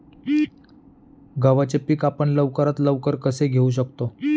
गव्हाचे पीक आपण लवकरात लवकर कसे घेऊ शकतो?